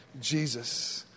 Jesus